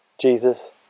Jesus